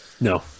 No